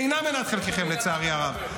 אינה מנת חלקכם, לצערי הרב.